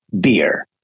beer